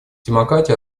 демократия